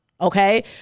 Okay